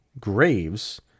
Graves